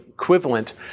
equivalent